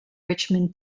richmond